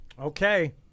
Okay